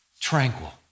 Tranquil